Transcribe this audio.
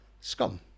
Scum